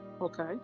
Okay